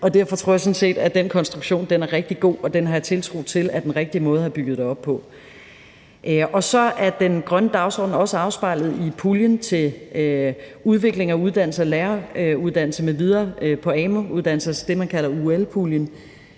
derfor tror jeg sådan set, at den konstruktion er rigtig god, og den har jeg tiltro til er den rigtige måde at have bygget det op på. Kl. 10:58 Så er den grønne dagsorden også afspejlet i puljen til udvikling af læreruddannelsen m.v. på amu-uddannelser, altså det, man kalder UUL-puljen,